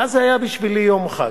ואז זה היה בשבילי יום חג.